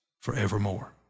forevermore